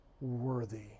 worthy